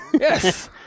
Yes